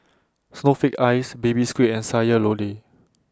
Snowflake Ice Baby Squid and Sayur Lodeh